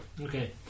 Okay